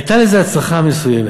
הייתה לזה הצלחה מסוימת.